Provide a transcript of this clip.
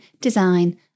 design